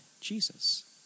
jesus